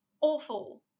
awful